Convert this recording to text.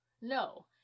no